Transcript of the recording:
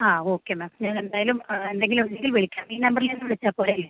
ആ okay ma'am ഞാൻ എന്തായാലും എന്തെങ്കിലും ഉണ്ടെങ്കിൽ വിളിക്കാം ഈ നമ്പറിൽ തന്നെ വിളിച്ചാൽ പോരേ